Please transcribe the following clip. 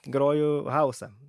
groju hausą